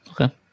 okay